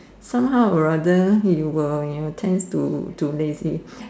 somehow or rather you will you will tends to to lazy